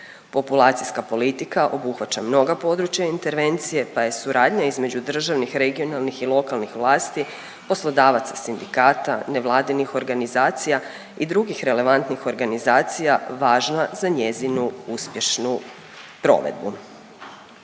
Populacijska politika obuhvaća mnoga područja intervencije, pa je suradnja između državnih, regionalnih i lokalnih vlasti, poslodavac sindikata, nevladinih organizacija i drugih relevantnih organizacija važna za njezinu uspješnu provedbu.